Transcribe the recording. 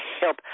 help